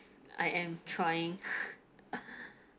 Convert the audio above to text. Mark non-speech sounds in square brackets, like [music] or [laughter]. I am trying [breath]